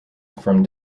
from